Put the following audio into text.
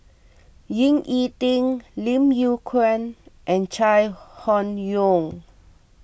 Ying E Ding Lim Yew Kuan and Chai Hon Yoong